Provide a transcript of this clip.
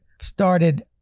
started